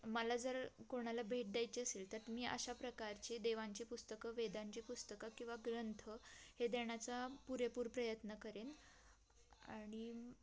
मला जर कोणाला भेट द्यायची असेल तर मी अशा प्रकारचे देवांची पुस्तकं वेदांची पुस्तकं किंवा ग्रंथ हे देण्याचा पुरेपूर प्रयत्न करेन आणि